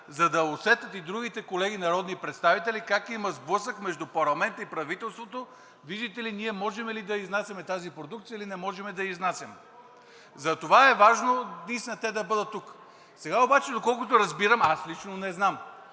за да усетят и другите колеги народни представители как има сблъсък между парламента и правителството, видите ли, ние можем ли да я изнасяме тази продукция, или не можем да я изнасяме?! Затова е важно наистина те да бъдат тук. Сега обаче, доколкото разбирам, аз лично не знам,